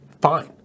fine